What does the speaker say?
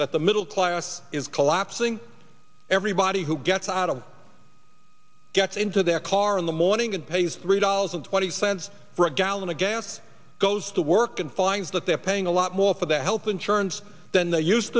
that the middle class is collapsing everybody who gets out of gets into their car in the morning and pays three dollars and twenty cents for a gallon of gas goes to work and finds that they're paying a lot more for their health insurance than they used